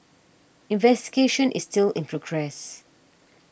investigation is still in progress